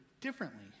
differently